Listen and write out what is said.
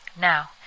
now